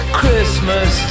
christmas